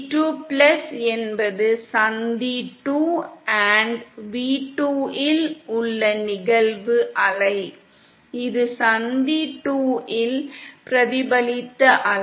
V2 என்பது சந்தி 2 V2 இல் உள்ள நிகழ்வு அலை இது சந்தி 2 இல் பிரதிபலித்த அலை